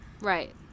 Right